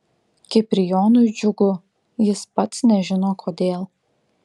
kiprijonui džiugu jis pats nežino kodėl